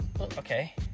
okay